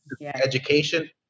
Education